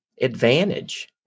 advantage